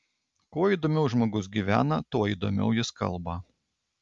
kuo įdomiau žmogus gyvena tuo įdomiau jis kalba